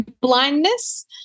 blindness